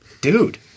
Dude